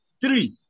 Three